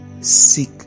seek